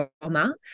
trauma